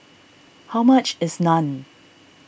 how much is Naan